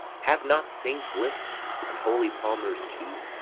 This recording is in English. have not saints lips, and holy palmers too?